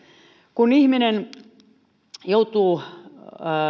kun ihminen joutuu